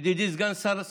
ידידי סגן השר סגלוביץ',